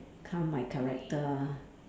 calm my character ah